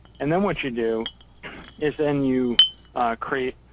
and then what you do is then you create